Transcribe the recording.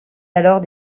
alors